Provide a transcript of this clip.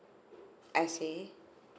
I see